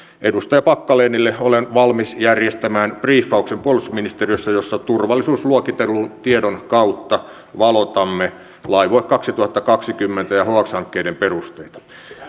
edustaja packalenille olen valmis järjestämään briiffauksen puolustusministeriössä jossa turvallisuusluokitellun tiedon kautta valotamme laivue kaksituhattakaksikymmentä ja hx hankkeiden perusteita